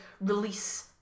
release